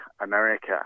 America